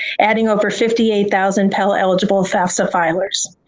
adding over fifty eight thousand pell eligible fafsa filers.